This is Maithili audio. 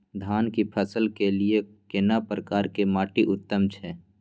धान की फसल के लिये केना प्रकार के माटी उत्तम छै?